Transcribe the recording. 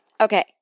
Okay